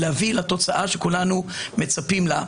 להביא לתוצאה שכולנו מצפים לה,